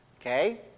Okay